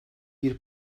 bir